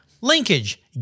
Linkage